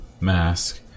mask